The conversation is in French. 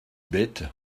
bête